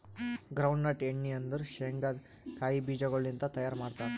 ground nut ಎಣ್ಣಿ ಅಂದುರ್ ಶೇಂಗದ್ ಕಾಯಿ ಬೀಜಗೊಳ್ ಲಿಂತ್ ತೈಯಾರ್ ಮಾಡ್ತಾರ್